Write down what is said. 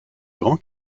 grands